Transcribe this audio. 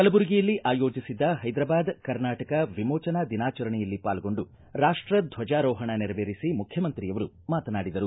ಕಲಬುರಗಿಯಲ್ಲಿ ಆಯೋಜಿಸಿದ್ದ ಹೈದ್ರಾಬಾದ್ ಕರ್ನಾಟಕ ವಿಮೋಜನಾ ದಿನಾಚರಣೆಯಲ್ಲಿ ಪಾಲ್ಗೊಂಡು ರಾಷ್ಟ ರ್ವಜಾರೋಹಣ ನೆರವೇರಿಸಿ ಮುಖ್ಯಮಂತ್ರಿಯವರು ಮಾತನಾಡಿದರು